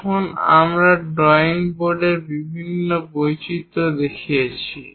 এখানে আমরা ড্রয়িং বোর্ডের বিভিন্ন বৈচিত্র্য দেখিয়েছি